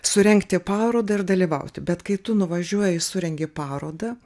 surengti parodą ir dalyvauti bet kai tu nuvažiuoji surengi parodą